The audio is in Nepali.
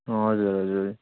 हजुर हजुर